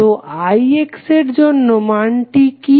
তো IX এর জন্য মানটি কি